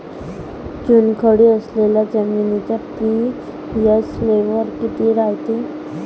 चुनखडी असलेल्या जमिनीचा पी.एच लेव्हल किती रायते?